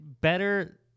better